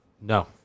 No